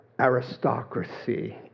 aristocracy